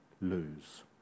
lose